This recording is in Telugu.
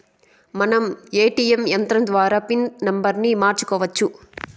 మనం ఏ.టీ.యం యంత్రం ద్వారా పిన్ నంబర్ని మార్చుకోవచ్చు